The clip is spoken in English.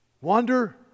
wander